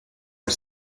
are